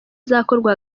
izakorwa